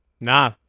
Nah